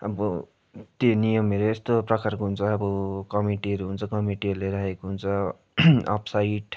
अब त्यो नियमहरू यस्तो प्रकारको हुन्छ अब कमिटीहरू हुन्छ कमिटीहरूले राखेको हुन्छ अफसाइड